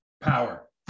power